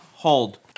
Hold